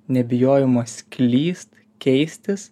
nebijojimas klyst keistis